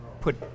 put